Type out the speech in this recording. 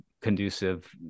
conducive